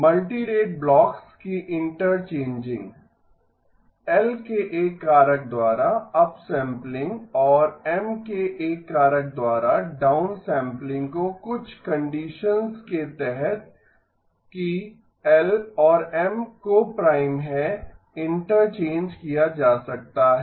multirate blocks की interchanging L के एक कारक द्वारा अपसम्पलिंग और M के एक कारक द्वारा डाउनस्मैपलिंग को कुछ कंडीशन्स के तहत कि L और M को प्राइम हैं इंटरचेंज किया जा सकता है